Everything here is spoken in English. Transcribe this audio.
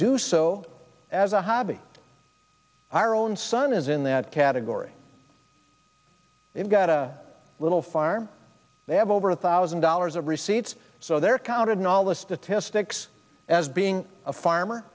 do so as a hobby our own son is in that category they've got a little farm they have over a thousand dollars of receipts so they're counted nala statistics as being a farmer